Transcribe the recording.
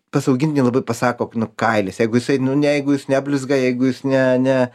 pas augintinį labai pasako nu kailis jeigu jisai nu ne jeigu jis neblizga jeigu jis ne ne